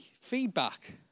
feedback